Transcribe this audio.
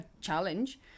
challenge